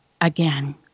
again